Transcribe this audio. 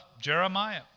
Jeremiah